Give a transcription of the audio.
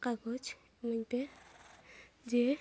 ᱠᱟᱜᱚᱡᱽ ᱤᱢᱟᱹᱧ ᱯᱮ ᱡᱮ